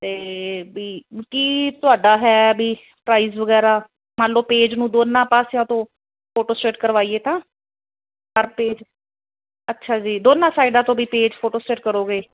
ਤੇ ਵੀ ਕੀ ਤੁਹਾਡਾ ਹੈ ਵੀ ਪ੍ਰਾਈਜ ਵਗੈਰਾ ਮੰਨ ਲਓ ਪੇਜ ਨੂੰ ਦੋਨਾਂ ਪਾਸਿਆਂ ਤੋਂ ਫੋਟੋਸਟੇਟ ਕਰਵਾਈਏ ਤਾਂ ਪਰ ਪੇਜ ਅੱਛਾ ਜੀ ਦੋਨਾਂ ਸਾਈਡਾਂ ਤੋਂ ਵੀ ਪੇਜ ਫੋਟੋਸਟੇਟ ਕਰੋਗੇ